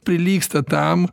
prilygsta tam